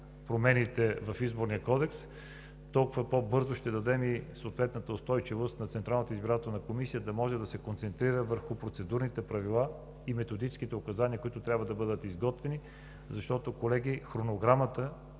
промените в Изборния кодекс, толкова по-бързо ще дадем и съответната устойчивост на Централната избирателна комисия да може да се концентрира върху процедурните правила и методическите указания, които трябва да бъдат изготвени. Колеги, хронограмата